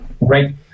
Right